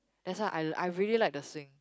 that's why I l~ I really like the swing